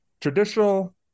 traditional